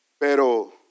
Pero